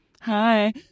Hi